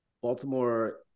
Baltimore